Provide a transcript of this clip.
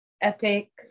epic